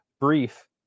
brief